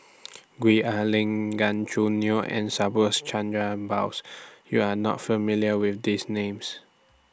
Gwee Ah Leng Gan Choo Neo and Subhas Chandra Bose YOU Are not familiar with These Names